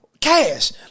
Cash